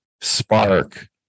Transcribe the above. spark